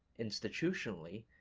institutionally,